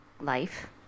life